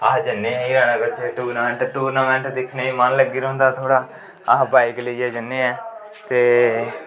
अस जन्ने आं हीरानगर च टूर्नामैंट टूर्नामैंट दिक्खने गी मन लग्गी रौंह्दा थोह्ड़ा अस बाईक लेइयै जन्ने आं ते